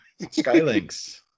Skylinks